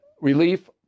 relief